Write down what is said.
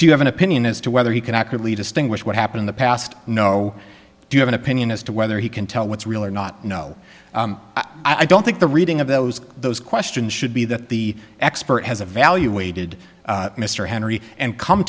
do you have an opinion as to whether he can accurately distinguish what happened in the past no do you have an opinion as to whether he can tell what's real or not no i don't think the reading of those those questions should be that the expert has evaluated mr henry and come